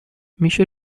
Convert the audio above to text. میشه